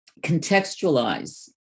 contextualize